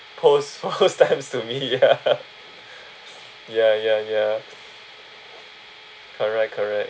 post post stamps to me ya ya ya ya correct correct